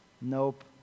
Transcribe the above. Nope